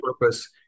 purpose